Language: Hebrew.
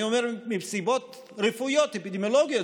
אני אומר: מסיבות רפואיות, אפידמיולוגיות.